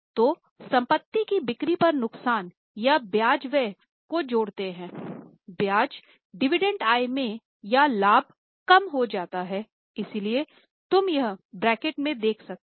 तो संपत्ति की बिक्री पर नुकसान या ब्याज व्यय को जोड़ते हैं ब्याज डिविडेंड आय मे या लाभ कम हो जाता है इसलिये तुम यह ब्रैकेट में देख सकते हों